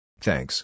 Thanks